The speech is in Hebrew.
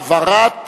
העברת